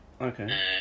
Okay